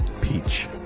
Peach